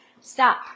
Stop